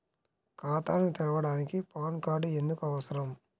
ఖాతాను తెరవడానికి PAN card ఎందుకు అవసరము?